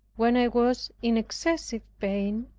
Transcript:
when i was in excessive pain,